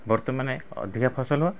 ବର୍ତ୍ତମାନ ଅଧିକା ଫସଲ